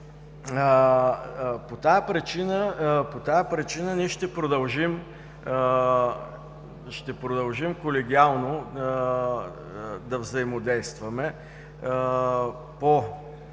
По тази причина ние ще продължим колегиално да взаимодействаме по